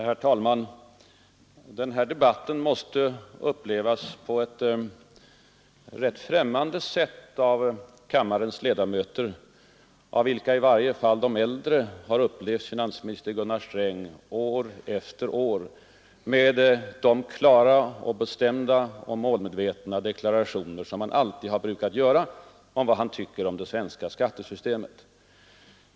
Herr talman! Den här debatten måste upplevas på ett rätt främmande sätt av kammarens ledamöter, av vilka i varje fall de äldre har upplevt finansminister Gunnar Sträng år efter år med klara och bestämda och målmedvetna deklarationer om vad han tycker om det svenska skattesystemet.